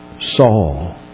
Saul